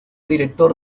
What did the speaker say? director